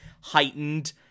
heightened